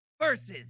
versus